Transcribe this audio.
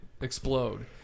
explode